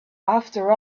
after